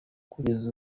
kugeza